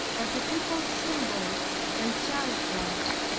but a people simple and childlike.